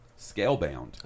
Scalebound